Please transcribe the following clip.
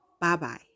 Bye-bye